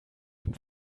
dem